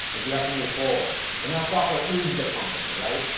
ah you have to move forward. well, now software is the company, right?